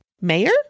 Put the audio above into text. mayor